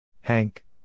Hank